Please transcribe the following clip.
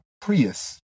Prius